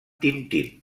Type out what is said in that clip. tintín